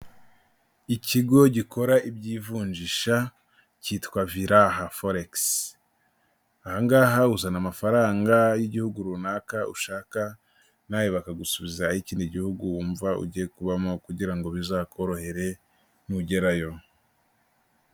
Ikigo gikora iby'ivunjisha cyitwa "Virah Forex", aha ngaha uzana amafaranga y'igihugu runaka ushaka, na we bakagusubiza ay'ikindi gihugu wumva ugiye kubamo kugira ngo bizakorohere nugerayo.